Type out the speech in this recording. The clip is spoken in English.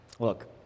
Look